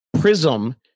Prism